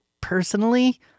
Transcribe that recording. personally